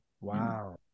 wow